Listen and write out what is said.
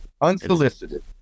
Unsolicited